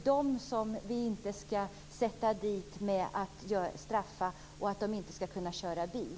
Det är dem vi inte skall sätta dit och straffa genom att förbjuda dem att köra bil.